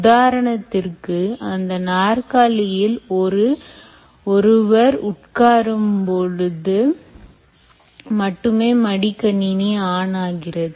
உதாரணத்திற்கு அந்த நாற்காலியில் ஒரு ஒருவர் உட்காரும் போது மட்டுமே மடிக்கணினி ஆன் ஆகிறது